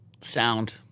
Sound